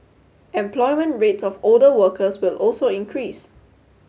employment rates of older workers will also increase